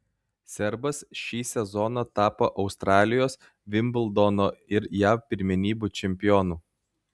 serbas šį sezoną tapo australijos vimbldono ir jav pirmenybių čempionu